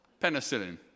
Penicillin